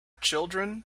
children